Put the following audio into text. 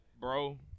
bro